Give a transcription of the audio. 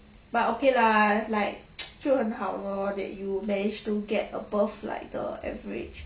but okay lah like 就很好 lor that you managed to get above like the average